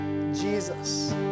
Jesus